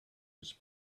his